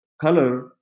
color